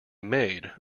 made